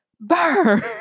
burn